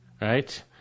right